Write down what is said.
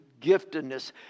giftedness